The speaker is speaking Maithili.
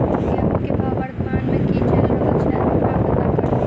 गेंहूँ केँ भाव वर्तमान मे की चैल रहल छै कोना पत्ता कड़ी?